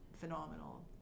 phenomenal